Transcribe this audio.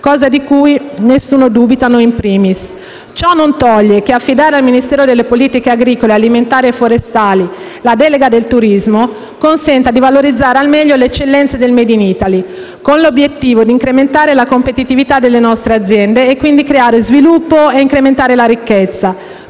cosa di cui nessuno dubita, noi *in primis*. Ciò non toglie che affidare al Ministero delle politiche agricole alimentari e forestali la delega del turismo consenta di valorizzare al meglio le eccellenze del *made in Italy*, con l'obiettivo di incrementare la competitività delle nostre aziende e quindi creare sviluppo e incrementare la ricchezza: